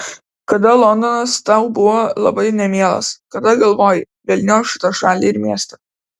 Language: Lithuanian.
kada londonas tau buvo labai nemielas kada galvojai velniop šitą šalį ir miestą